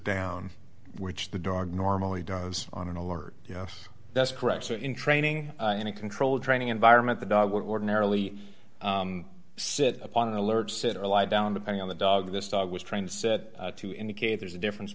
down which the dog normally does on an alert yes that's correct so in training in a controlled training environment the dog would ordinarily sit upon an alert sit or lie down depending on the dog this dog was trained set to indicate there's a difference